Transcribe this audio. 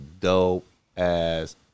dope-ass